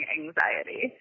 anxiety